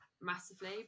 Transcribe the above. massively